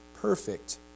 perfect